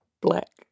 black